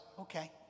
okay